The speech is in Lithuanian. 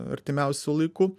artimiausiu laiku